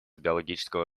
биологического